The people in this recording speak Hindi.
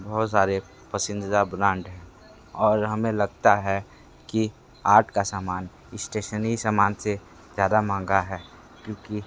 बहुत सारे पसंदीदा ब्रांड हैं और हमे लगता है कि आर्ट का सामान स्टेसनरी सामान से ज़्यादा महंगा है क्योंकि